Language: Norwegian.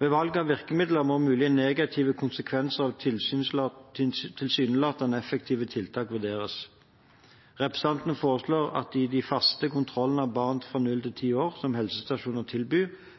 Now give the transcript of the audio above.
Ved valg av virkemidler må mulige negative konsekvenser av tilsynelatende effektive tiltak vurderes. Representantene foreslår at de faste kontrollene av barn fra null til ti år som